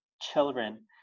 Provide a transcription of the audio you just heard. children